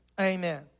Amen